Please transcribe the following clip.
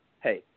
Hey